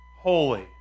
holy